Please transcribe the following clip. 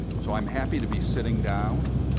so i am happy to be sitting down,